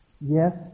yes